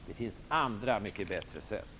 Det finns andra, mycket bättre sätt.